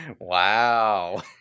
Wow